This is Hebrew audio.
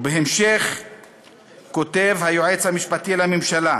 ובהמשך כותב היועץ המשפטי לממשלה: